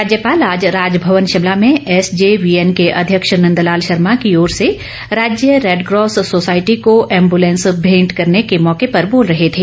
राज्यपाल आज राजभवन शिमला में एसजेबीएन के अध्यक्ष नंद लाल शर्मा की ओर से राज्य रेड़क्रॉस सोसाईटी को एम्बूलेंस भेंट करने के मौके पर बोल रहे थे